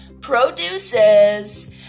produces